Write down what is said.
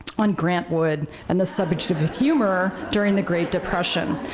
on grant wood. and the subject of of humor during the great depression.